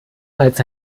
als